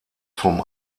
vom